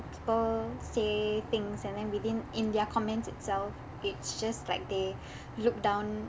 people say things and then within in their comments itself it's just like they look down